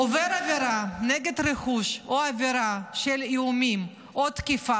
עובר עבירה נגד רכוש או עבירה של איומים או תקיפה,